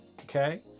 Okay